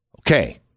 Okay